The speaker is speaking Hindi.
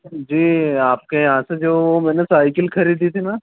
जी आपके यहाँ से जो मैंने साइकिल खरीदी थी ना